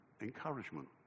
encouragement